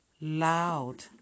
loud